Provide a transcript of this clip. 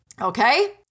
Okay